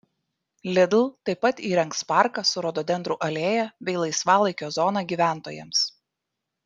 lidl taip pat įrengs parką su rododendrų alėja bei laisvalaikio zona gyventojams